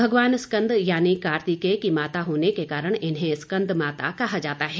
भगवान स्कंद यानी कार्तिकेय की माता होने के कारण इन्हें स्कंदमाता कहा जाता है